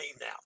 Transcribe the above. now